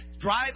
Drive